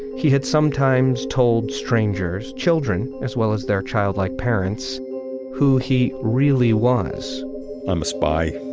he had sometimes told strangers, children, as well as their childlike parents who he really was i'm a spy.